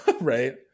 Right